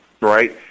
right